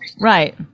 Right